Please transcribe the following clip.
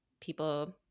people